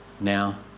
Now